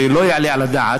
ולא יעלה על הדעת,